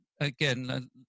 again